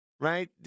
Right